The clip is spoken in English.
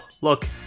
Look